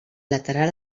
lateral